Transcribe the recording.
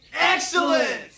Excellent